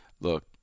Look